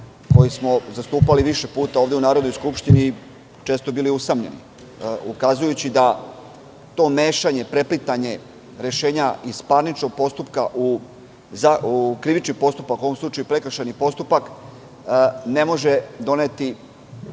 koji smo zastupali više puta ovde u Narodnoj skupštini, i često bili usamljeni, ukazujući da to mešanje, preplitanje rešenja iz parničnog postupka u krivični postupak, u ovom slučaju prekršajni postupak, ne može doneti